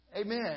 amen